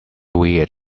weird